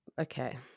Okay